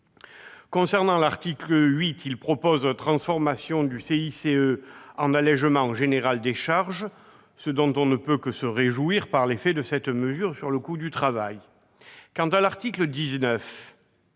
de rente. L'article 8 prévoit la transformation du CICE en allégement général des charges, ce dont on ne peut que se réjouir par l'effet de cette mesure sur le coût du travail. L'article 19